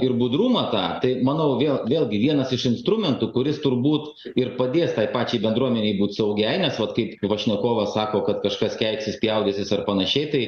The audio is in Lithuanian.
ir budrumą tą tai manau vėl vėlgi vienas iš instrumentų kuris turbūt ir padės tai pačiai bendruomenei būt saugiai nes vat kaip pašnekovas sako kad kažkas keiksis spjaudysis ar panašiai tai